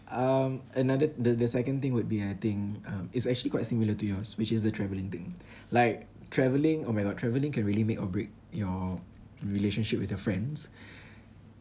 um another the the second thing would be I think um it's actually quite similar to yours which is the travelling thing like travelling oh my god traveling can really make or break your relationship with your friends